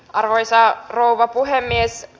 arvoisa rouva puhemies